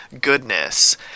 goodness